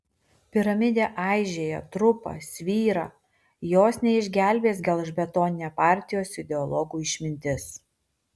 piramidė aižėja trupa svyra jos neišgelbės gelžbetoninė partijos ideologų išmintis